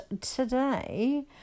today